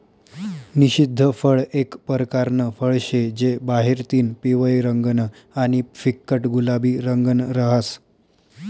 निषिद्ध फळ एक परकारनं फळ शे जे बाहेरतीन पिवयं रंगनं आणि फिक्कट गुलाबी रंगनं रहास